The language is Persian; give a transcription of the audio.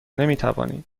نمیتوانید